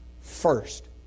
first